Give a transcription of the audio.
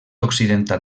occidental